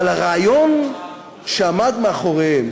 אבל הרעיון שעמד מאחוריהם